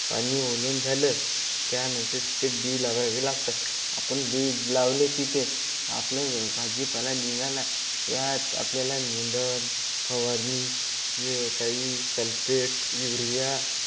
पाणी ओलवून झालं त्यानंतर तिथे बी लावावी लागतात आपण बीज लावले तिथे आपलाच भाजीपाला निघाला त्यात आपल्याला निंदण फवारणी नी काही सल्पेट युरिया